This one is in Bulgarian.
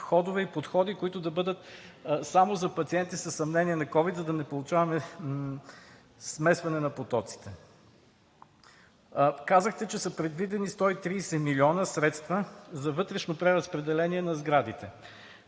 входове и подходи, които да бъдат само за пациенти със съмнение за ковид, за да не получаваме смесване на потоците. Казахте, че са предвидени 130 милиона средства за вътрешно преразпределение на сградите.